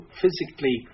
physically